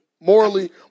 morally